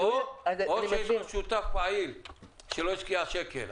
או שהיו נותנים לו שותף פעיל שלא השקיע שקל.